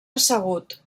assegut